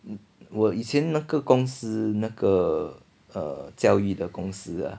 我以前那个公司那个 err 教育的公司啊